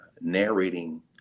narrating